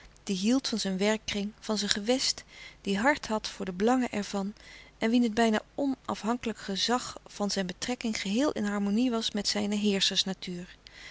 die hield van zijn werkkring van zijn gewest die hart had voor de belangen er van en wien het bijna onafhankelijk louis couperus de stille kracht gezag van zijn betrekking geheel in harmonie was met zijne